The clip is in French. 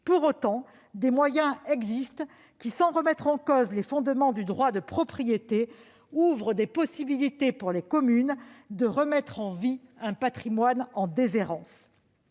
Pour autant, des moyens existent, qui, sans remettre en cause les fondements du droit de propriété, ouvrent des possibilités pour les communes de remettre en vie un patrimoine en déshérence.